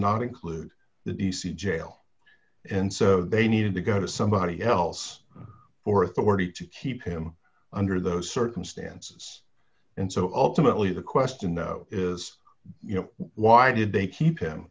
not include the d c jail and so they need to go to somebody else for authority to keep him under those circumstances and so ultimately the question then is you know why did they keep him